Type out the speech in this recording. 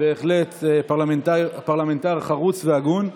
בהחלט פרלמנטר חרוץ והגון.